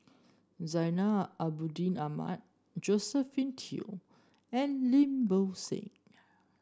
Zainal Abidin Ahmad Josephine Teo and Lim Bo Seng